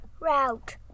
route